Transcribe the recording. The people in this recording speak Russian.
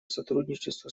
сотрудничеству